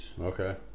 Okay